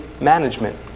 management